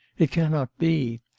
it cannot be.